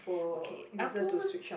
okay Apple